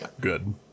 good